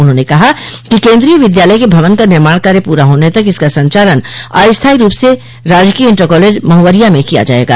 उन्होंने कहा कि केन्द्रीय विद्यालय के भवन का निर्माण कार्य पूरा होने तक इसका संचालन अस्थाई रूप में राजकीय इंटर कॉलेज महवरियां में किया जायेगा